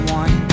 one